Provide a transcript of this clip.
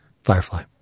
Firefly